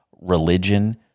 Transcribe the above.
religion